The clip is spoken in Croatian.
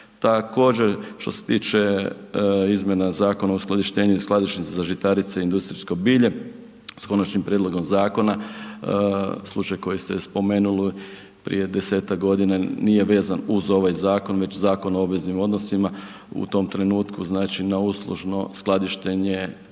Također, što se tiče izmjena Zakona o skladištenju i skladištu za žitarice i industrijsko bilje, s konačnim prijedlogom zakona, slučaj koji ste spomenuli prije 10-ak godina, nije vezan uz ovaj zakon već Zakon o obveznim odnosima, u tom trenutku na uslužno skladištenje